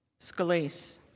Scalise